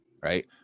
right